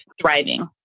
thriving